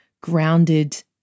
grounded